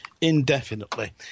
indefinitely